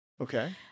Okay